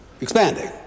Expanding